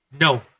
No